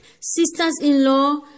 Sisters-in-law